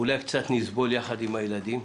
אולי נסבול קצת יחד עם הילדים,